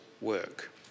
work